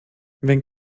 wenn